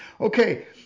okay